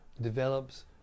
develops